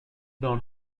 dans